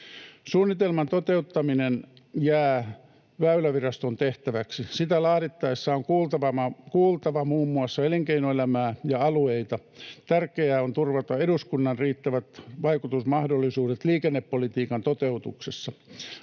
Suunnitelman toteuttaminen jää Väyläviraston tehtäväksi. Sitä laadittaessa on kuultava muun muassa elinkeinoelämää ja alueita. Tärkeää on turvata eduskunnan riittävät vaikutusmahdollisuudet liikennepolitiikan toteutuksessa.